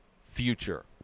future